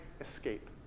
escape